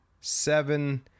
Seven